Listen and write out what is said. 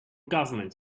government